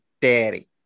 daddy